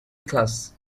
class